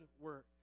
work